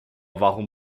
warum